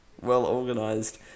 well-organized